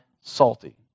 salty